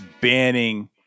banning